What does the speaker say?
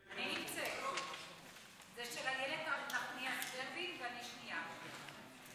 10152, 10153, 10162 ו-10173.